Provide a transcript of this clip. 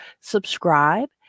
subscribe